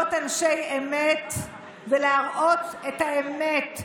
להיות אנשי אמת ולהראות את האמת,